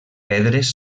pedres